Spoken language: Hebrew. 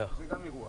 זה גם אירוע.